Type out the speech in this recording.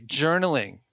journaling